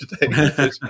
today